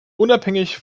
unabhängig